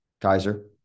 Kaiser